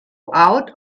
out